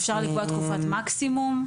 אפשר לקבוע תקופת מקסימום?